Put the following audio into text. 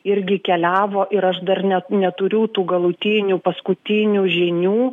irgi keliavo ir aš dar ne neturiu tų galutinių paskutinių žinių